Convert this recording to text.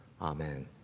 Amen